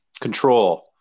control